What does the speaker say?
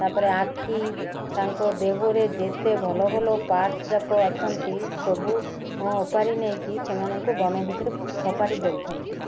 ତା'ପରେ ଆଖି ତାଙ୍କ ଦେହରେ ଯେତେ ଭଲ ଭଲ ପାର୍ଟସ୍ ଯାକ ଅଛନ୍ତି ସବୁ ଓପାଡ଼ି ନେଇକି ସେମାନଙ୍କୁ ବନ ଭିତରେ ଫୋପାଡ଼ି ଦେଉଛନ୍ତି